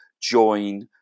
join